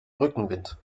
rückenwind